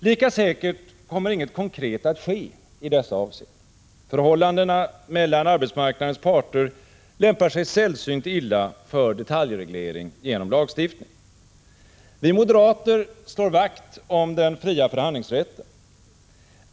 Lika säkert kommer inget konkret att ske i dessa avseenden. Förhållandena mellan arbetsmarknadens parter lämpar sig sällsynt illa för detaljreglering genom lagstiftning. Vi moderater slår vakt om den fria förhandlingsrätten.